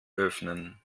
öffnen